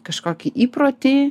kažkokį įprotį